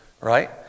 right